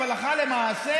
אבל הלכה למעשה,